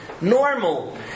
Normal